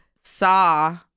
saw